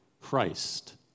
Christ